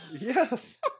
Yes